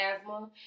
asthma